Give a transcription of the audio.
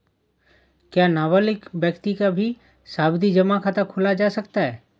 क्या नाबालिग व्यक्ति का भी सावधि जमा खाता खोला जा सकता है?